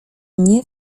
nie